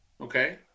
okay